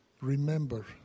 Remember